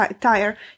tire